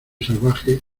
salvaje